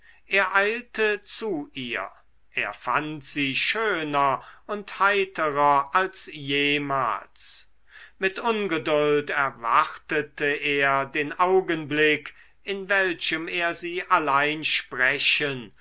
er eilte zu ihr er fand sie schöner und heiterer als jemals mit ungeduld erwartete er den augenblick in welchem er sie allein sprechen